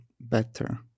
better